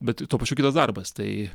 bet tai tuo pačiu kitas darbas tai